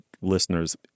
listeners